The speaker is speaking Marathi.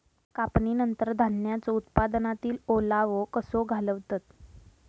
कापणीनंतर धान्यांचो उत्पादनातील ओलावो कसो घालवतत?